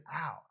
out